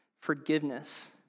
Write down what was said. forgiveness